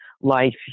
life